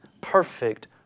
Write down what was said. perfect